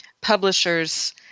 publishers